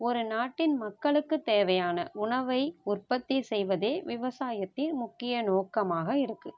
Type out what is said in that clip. ஒரு நாட்டின் மக்களுக்கு தேவையான உணவை உற்பத்தி செய்வதே விவசாயத்தின் முக்கிய நோக்கமாக இருக்குது